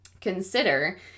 consider